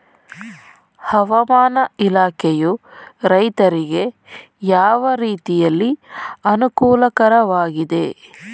ಹವಾಮಾನ ಇಲಾಖೆಯು ರೈತರಿಗೆ ಯಾವ ರೀತಿಯಲ್ಲಿ ಅನುಕೂಲಕರವಾಗಿದೆ?